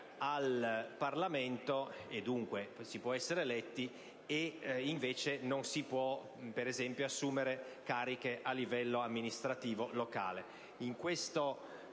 al Parlamento, e dunque si può essere eletti, e invece non si può, per esempio, assumere cariche a livello amministrativo locale. Con questo